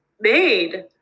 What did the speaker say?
made